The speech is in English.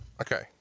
Okay